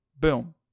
Boom